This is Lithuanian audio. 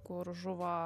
kur žuvo